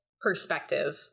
perspective